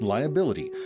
Liability